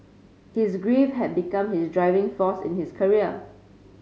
his grief had become his driving force in his career